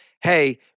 Hey